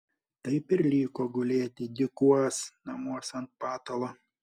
taip ir liko gulėti dykuos namuos ant patalo